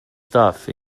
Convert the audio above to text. stuff